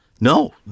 No